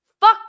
fuck